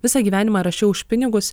visą gyvenimą rašiau už pinigus